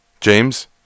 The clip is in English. James